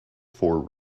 for